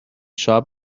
sharp